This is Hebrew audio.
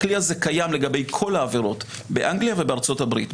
הכלי הזה קיים לגבי כל העבירות באנגליה ובארצות הברית.